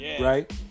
right